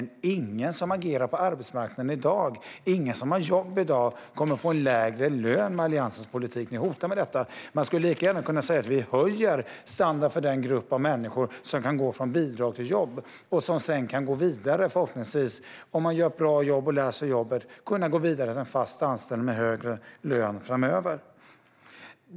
Ingen som agerar på arbetsmarknaden i dag, ingen som har jobb i dag, kommer att få en lägre lön med Alliansens politik. Ni hotar med detta. Man skulle lika gärna kunna säga att vi höjer standarden för den grupp av människor som kan gå från bidrag till jobb och som sedan förhoppningsvis, om de lär sig jobbet och gör ett bra jobb, kan gå vidare till en fast anställning med högre lön framöver.